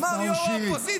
אמר ראש האופוזיציה,